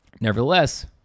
nevertheless